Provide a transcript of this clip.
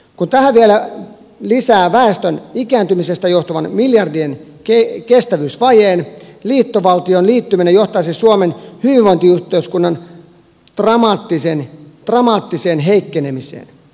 kun tähän lisää väestön ikääntymisestä johtuvan miljardien kestävyysvajeen liittovaltioon liittyminen johtaisi suomen hyvinvointiyhteiskunnan dramaattiseen heikkenemiseen